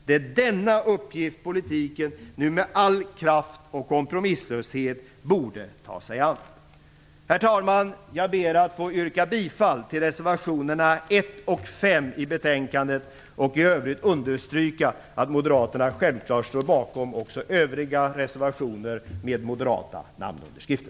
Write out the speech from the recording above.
Det är denna uppgift politiken nu med all kraft och kompromisslöshet borde ta sig an. Herr talman! Jag ber att få yrka bifall till reservationerna 1 och 6 till arbetsmarknadsutskottets betänkande och i övrigt understryka att moderaterna självklart står bakom också övriga reservationer med moderata namnunderskrifter.